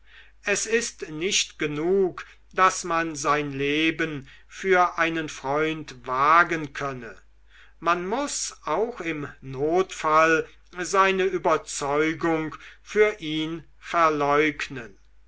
es ist nicht genug daß man sein leben für einen freund wagen könne man muß auch im notfall seine überzeugung für ihn verleugnen